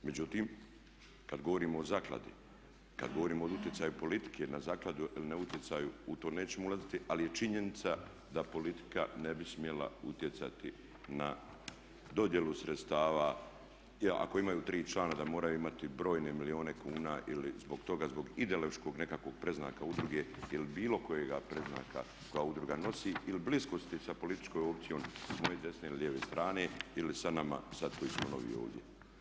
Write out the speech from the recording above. Međutim, kad govorimo o zakladi, kad govorimo o utjecaju politike na zakladu na utjecaju u to nećemo ulaziti ali je činjenica da politika ne bi smjela utjecati na dodjelu sredstava, ako imaju tri člana da moraju imati brojne milijune kuna ili zbog toga, zbog ideološkog nekakvog predznaka udruge ili bilo kojega predznaka koje udruga nosi ili bliskosti sa političkom opcijom s moje desne ili lijeve strane ili sa nama koji smo sad novi ovdje.